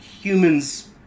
humans